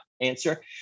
answer